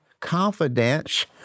confidence